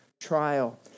trial